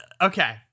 Okay